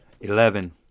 Eleven